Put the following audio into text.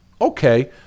okay